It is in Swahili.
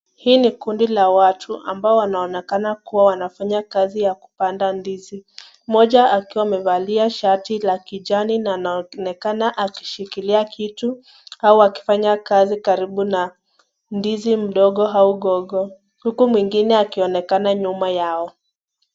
Hii ni kundi la watu ambao wanaonekana kuwa wanafanya kazi ya kupanda ndizi. Mmoja akiwa amevalia shati la kijani na anaonekana akishikilia kitu au akifanya kazi karibu na ndizi mdogo au gogo huku mwingine akionekana nyuma yao.